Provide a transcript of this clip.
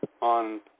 on